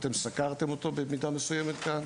אתם סקרתם אותו במידה מסוימת כאן,